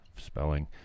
spelling